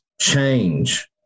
change